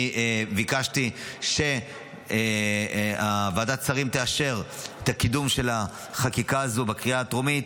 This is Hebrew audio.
ביקשתי שוועדת השרים תאשר את קידום החקיקה הזאת בקריאה הטרומית.